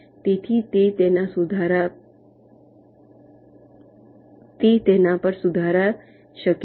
તેથી તે તેના પર સુધારી શકે છે